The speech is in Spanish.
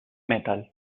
metal